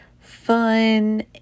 fun